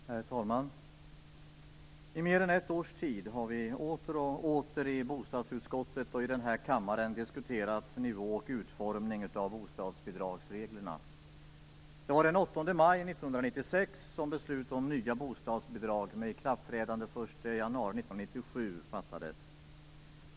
Herr talman! I mer än ett års tid har vi åter och åter i bostadsutskottet och i den här kammaren diskuterat nivå och utformning av bostadsbidragsreglerna. Det var den 8 maj 1996 som beslut om nya bostadsbidrag med ikraftträdande den 1 januari 1997 fattades.